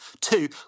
Two